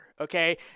okay